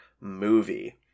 movie